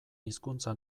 hizkuntza